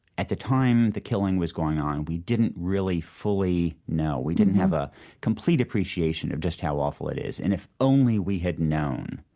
at the time the killing was going on, we didn't really fully know. we didn't have a complete appreciation of just how awful it is and if only we had known.